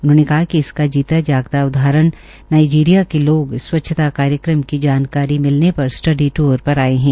उन्होंने कहा कि इसका जीता जागता उदाहरण नाईजीरिया के लोग स्वच्छता कार्यक्रम की जानकारी मिलने पर स्टडी टूर पर आये है